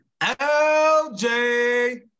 LJ